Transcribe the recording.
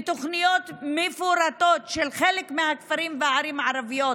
תוכניות מפורטות של חלק מהכפרים והערים הערביות,